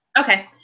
Okay